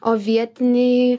o vietiniai